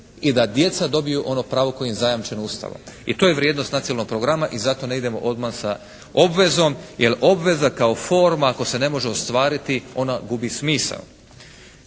i da djeca dobiju ono pravo koje im je zajamčeno Ustavom. I to je vrijednost Nacionalnog programa i zato ne idemo odma sa obvezom. Jer obveza kao forma ako se ne može ostvariti ona gubi smisao.